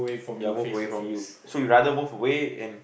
ya move away from you so you rather move away and